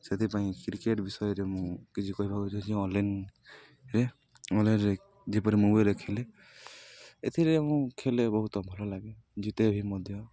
ସେଥିପାଇଁ କ୍ରିକେଟ ବିଷୟରେ ମୁଁ କିଛି କହିବାକୁ ଚାହୁଛି ଅନ୍ଲାଇନ୍ରେ ଅନ୍ଲାଇନ୍ରେ ଯେପରି ଖେଳେ ଏଥିରେ ମୁଁ ଖେଳେ ବହୁତ ଭଲ ଲାଗେ ଜିତେ ବି ମଧ୍ୟ